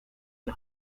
una